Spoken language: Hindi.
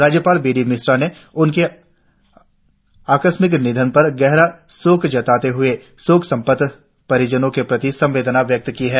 राज्यपाल बी डी मिश्रा ने उनके आकस्मिक निधन पर गेहरा शोक जताते हुए शोक संतप्त परिजनो के प्रति संवेदना व्यक्त की है